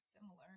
similar